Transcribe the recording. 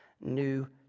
New